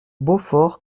beaufort